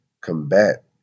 combat